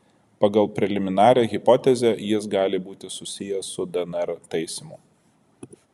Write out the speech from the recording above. pagal preliminarią hipotezę jis gali būti susijęs su dnr taisymu